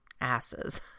asses